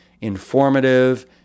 informative